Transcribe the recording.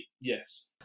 yes